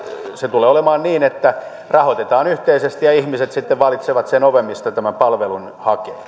se tulee olemaan niin että rahoitetaan yhteisesti ja ihmiset sitten valitsevat sen oven mistä palvelun hakevat